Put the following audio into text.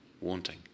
wanting